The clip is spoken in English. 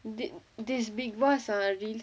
thi~ this bigg boss ah really